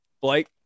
Blake